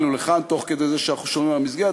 ולכאן תוך כדי זה שאנחנו שומרים על המסגרת.